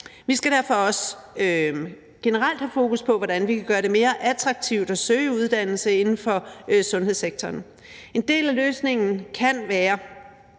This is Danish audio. Vi skal derfor også generelt have fokus på, hvordan vi kan gøre det mere attraktivt at søge uddannelse inden for sundhedssektoren. En del af løsningen kan være